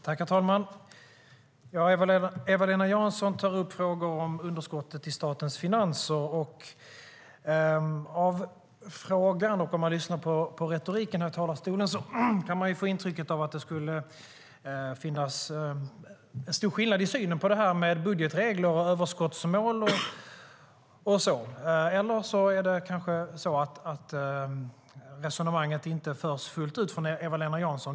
Herr talman! Eva-Lena Jansson ställer en fråga om underskottet i statens finanser. Av frågan och retoriken i talarstolen kan man få intrycket att det finns en stor skillnad i synen på budgetregler, överskottsmål och så vidare. Eller så förs resonemanget inte fullt ut av Eva-Lena Jansson.